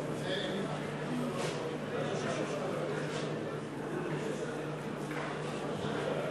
הסתייגות 5 של קבוצת האופוזיציה לסעיף 1